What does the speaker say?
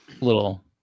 little